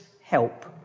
help